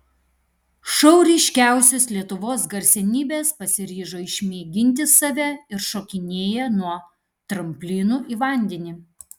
šou ryškiausios lietuvos garsenybės pasiryžo išmėginti save ir šokinėja nuo tramplinų į vandenį